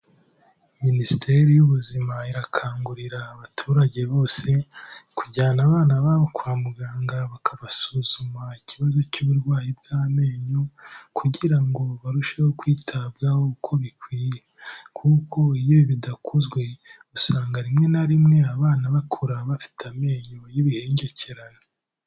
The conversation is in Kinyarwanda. Minisiteri y'Ubuzima irakangurira abaturage bose, kujyana abana babo kwa muganga bakabasuzuma ikibazo cy'uburwayi bw'amenyo kugira ngo barusheho kwitabwaho uko bikwiye, kuko iyo bidakozwe usanga rimwe na rimwe abana bakura bafite amenyo y'ibihengekerane.